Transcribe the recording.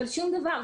אבל שום דבר.